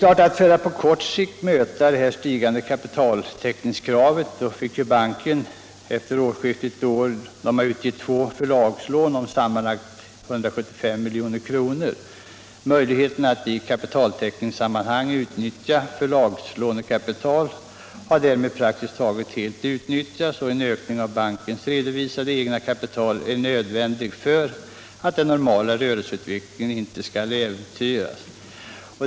För att på kort sikt möta detta stigande kapitaltäckningskrav fick banken efter årsskiftet utge två förlagslån om sammanlagt 175 milj.kr. Möjligheten att i kapitaltäckningssammanhang utnyttja förlagslånekapital har därmed praktiskt taget helt utnyttjats, och en ökning av bankens redovisade egna kapital är nödvändig för att den normala rörelseutvecklingen inte skall äventyras.